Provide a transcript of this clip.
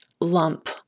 lump